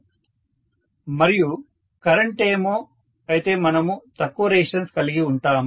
student మరియు current ఏమో 0449 అయితే మనము తక్కువ రెసిస్టెన్స్ కలిగి ఉంటామా